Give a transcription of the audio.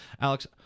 Alex